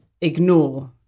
ignore